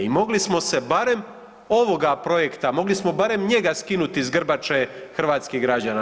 I mogli smo se barem ovoga projekta, mogli smo barem njega skinuti s grbače hrvatskih građana.